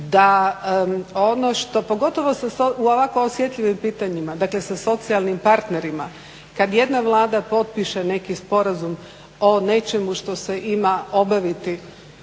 da ono što, pogotovo u ovako osjetljivim pitanjima, dakle sa socijalnim partnerima kad jedna Vlada potpiše neki sporazum o nečemu što se ima obaviti